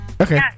Okay